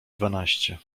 dwanaście